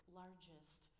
largest